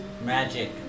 Magic